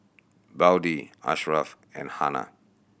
Budi Ashraf and Hana